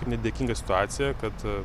nedėkinga situacija kad